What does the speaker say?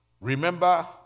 Remember